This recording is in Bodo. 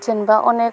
जेनबा अनेक